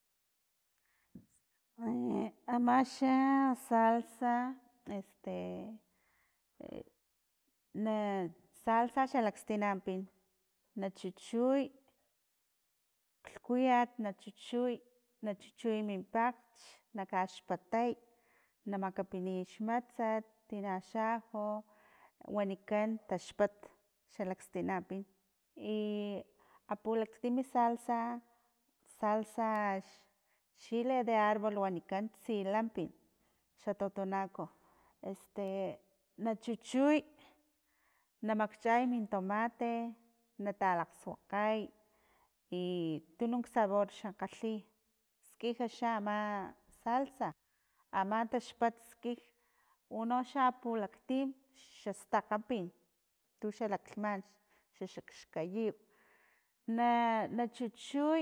amaxa salsa "este" na salsa xa lakstina pin na chuchuy, klhkuyat na chuchuy, na chuchuy min pakglhch na kaxpatay na makapiniy xmatsat tina xajo. wanikan taxpat xalakstina pin i apulakstim salsa, salsa ch- chile de arbol wanikan silampin xa totonaco este na chuchuy, na makchay miltomate na talakgsuakgay i yununk sabor xa kgalhi skij xa ama salsa aman taxpat skij unoxa apulaktim xa stakgapin tu xalaklhman xa xaxkayiw na- nachuchuy,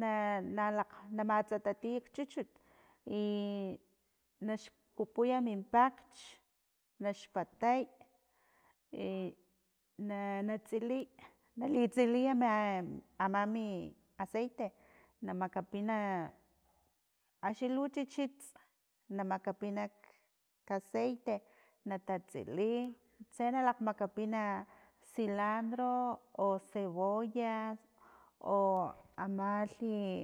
na- na makg tsatatiy kchuchut i naxpupuya min pakglhch naxpatay e na tsiliy nalitsiliy mi- ama mi aceite na makapina, axi lu chichits na makapina kaceite natatsiliy tse na lakgmakapin cilandro o cebolla o amalhi.